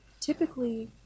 typically